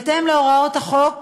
בהתאם להוראות החוק,